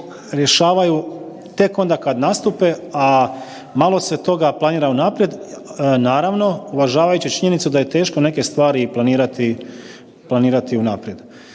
rješavaju tek onda kad nastupe, a malo se toga planira unaprijed. Naravno, uvažavajući činjenicu da je teško neke stvari i planirati unaprijed.